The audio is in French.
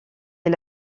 est